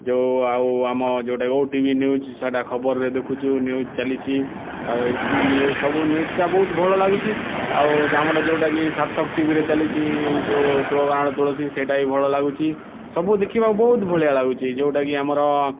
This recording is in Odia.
ଯେଉଁ ଆଉ ଆମ ଯେଉଁଟା ଓ ଟି ଭି ନ୍ୟୁଜ୍ ସେଇଟା ଖବରରେ ଦେଖୁଛୁ ନ୍ୟୁଜ୍ ଚାଲିଛି ତା'ପରେ ଇ ନ୍ୟୁଜ୍ ସବୁ ନ୍ୟୁଜ୍ଟା ବହୁତ ଭଳ ଲାଗୁଛି ଆଉ ଆମର ଯେଉଁଟା କି ସାର୍ଥକ ଟିଭିରେ ଚାଲିଛି ତୋ ଅଗଣାର ତୁଳସୀ ସେଇଟା ବି ଭଲ ଲାଗୁଛି ସବୁ ଦେଖିବାକୁ ବହୁତ ଭଳିଆ ଲାଗୁଛି ଯେଉଁଟା କି ଆମର